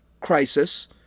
crisis